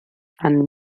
and